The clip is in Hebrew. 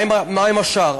מה עם השאר?